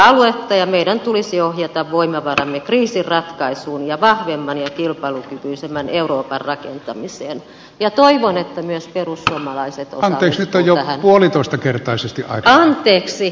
suomi on osa euroaluetta ja meidän tulisi ohjata voimavaramme kriisin ratkaisuun ja vahvemman ja kilpailukykyisemmän euroopan rakentamiseen ja toivon että myös perussuomalaiset osallistuvat tähän